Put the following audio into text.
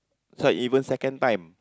it's not even second time